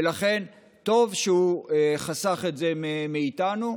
ולכן טוב שהוא חסך את זה מאיתנו.